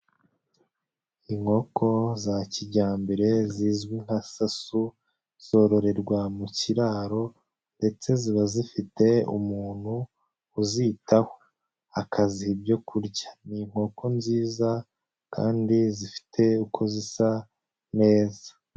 Inkoko za kijyambere zizwi nka sasu zororerwa mu kiraro, ndetse ziba zifite umuntu uzitaho akaziha ibyoku kurya. Ni inkoko nziza kandi zifite uko zisa neza.